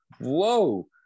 whoa